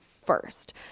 First